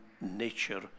nature